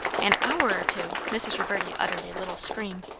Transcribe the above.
an hour or two! mrs. reverdy uttered a little scream.